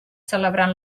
celebrant